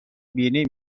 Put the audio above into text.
بینی